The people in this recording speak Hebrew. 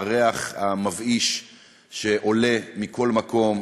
הריח המבאיש שעולה מכל מקום.